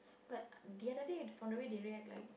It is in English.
but the other day they react like